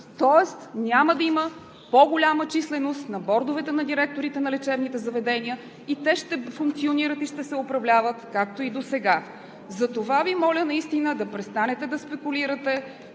тоест няма да има по-голяма численост на бордовете на директорите на лечебните заведения и те ще функционират и ще се управляват както и досега. Затова Ви моля да престанете да спекулирате,